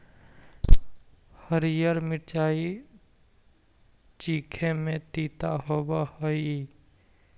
हरीअर मिचाई चीखे में तीता होब हई